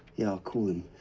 you know call him.